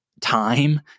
time